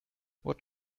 what